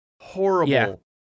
Horrible